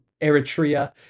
Eritrea